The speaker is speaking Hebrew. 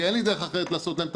כי אין לי דרך אחרת לעשות להם את